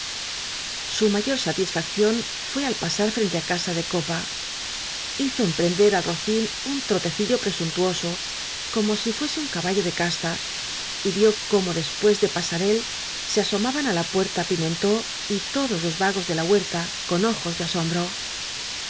su mayor satisfacción fué al pasar frente á casa de copa hizo emprender al rocín un trotecillo presuntuoso como si fuese un cabalio de casta y vió cómo después de pasar él se asomaban á la puerta pimentó y todos los vagos de la huerta con ojos de asombro